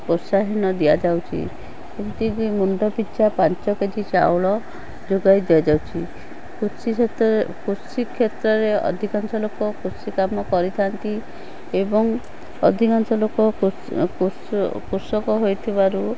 ପ୍ରୋତ୍ସାହନ ଦିଆଯାଉକି ଯେମିତିକି ମୁଣ୍ଡ ପିଛା ପାଞ୍ଚ କେ ଜି ଚାଉଳ ଯୋଗାଇ ଦିଆଯାଉଛି କୃଷି କ୍ଷେତ୍ରରେ କୃଷି କ୍ଷେତ୍ରରେ ଅଧିକାଂଶ ଲୋକ କୃଷି କାମ କରିଥାନ୍ତି ଏବଂ ଅଧିକାଂଶ ଲୋକ କୃଷକ ହୋଇଥିବାରୁ